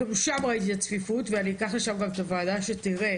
גם שם ראיתי את הצפיפות ואני אקח לשם גם את הוועדה שתראה.